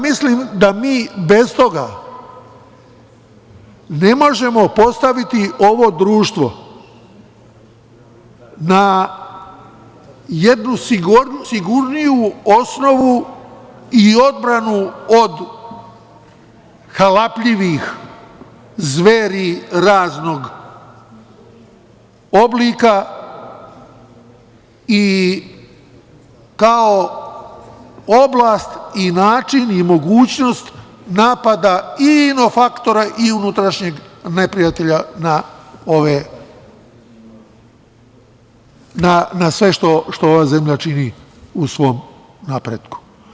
Mislim da mi bez toga ne možemo postaviti ovo društvo na jednu sigurniju osnovu i odbranu od halapljivih zveri raznog oblika i kao oblast i način i mogućnost napada i ino-faktora i unutrašnjeg neprijatelja na sve što ova zemlja čini u svom napretku.